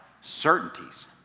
certainties